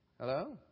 Hello